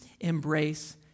embrace